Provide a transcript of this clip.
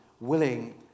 willing